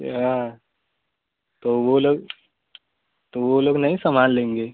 क्या तो वह लोग तो वह लोग नहीं संभाल लेंगे